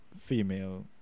female